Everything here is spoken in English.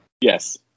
yes